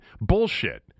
Bullshit